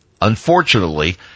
Unfortunately